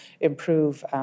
improve